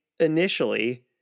initially